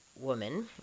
woman